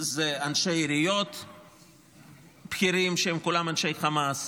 אלה אנשי עיריות בכירים, שהם כולם אנשי חמאס,